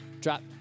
Drop